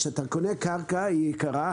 כשאתה קונה קרקע היא יקרה.